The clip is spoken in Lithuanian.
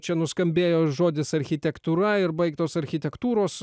čia nuskambėjo žodis architektūra ir baigtos architektūros